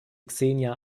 xenia